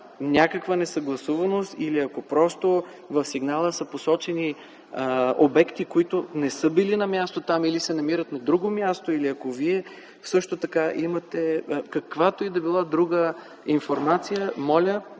несъгласуваност или ако просто в сигнала са посочени обекти, които не са били на място там или се намират на друго място, или ако Вие също така имате каквато и да било друга информация, моля,